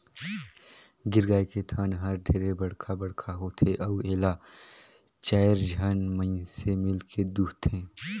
गीर गाय के थन हर ढेरे बड़खा बड़खा होथे अउ एला चायर झन मइनसे मिलके दुहथे